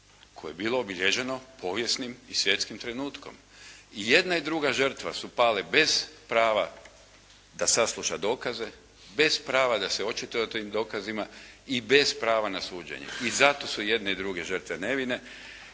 koje je bilo obilježeno povijesnim i svjetskim trenutkom. I jedna i druga žrtva su pale bez prava da sasluša dokaze, bez prava da se očituje o tim dokazima i bez prava na suđenje i zato su i jedne i druge žrtve nevine